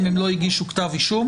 חריגים,